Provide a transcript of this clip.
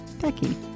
Becky